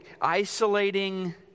isolating